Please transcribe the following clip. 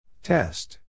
Test